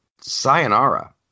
sayonara